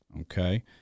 Okay